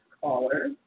caller